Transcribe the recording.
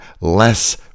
less